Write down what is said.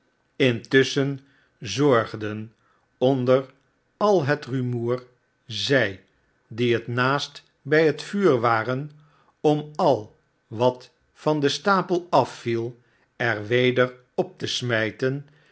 intusschen zorgden onder al het rumoer zij die het naast bij het vuur waren om al wat van den stapel afviel er weder op te smijten